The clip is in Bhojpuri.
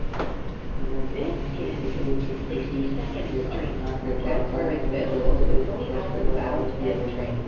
इ योजना में खेती के उचित विधि के अपना के बरखा वाला जगह पे उपज के बढ़ावे के होला